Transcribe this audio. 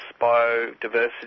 Biodiversity